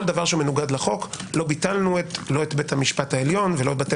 כל דבר שמנוגד לחוק לא ביטלנו לא את בית המשפט העליון ולא בתי